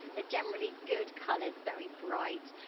they're generally good colours, very bright,